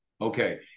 Okay